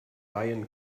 ian